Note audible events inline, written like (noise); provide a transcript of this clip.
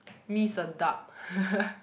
mee Sedap (laughs)